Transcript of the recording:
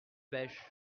pêche